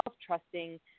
trusting